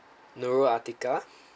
nurul atikah